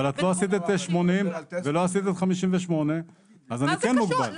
אבל את לא עשית את 80 ולא עשית את 58. לא,